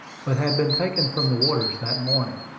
but had been taken from the water that morning.